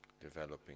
Developing